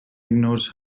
ignores